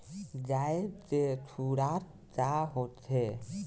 गाय के खुराक का होखे?